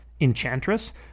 enchantress